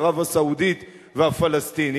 ערב-הסעודית והפלסטינים.